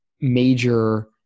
major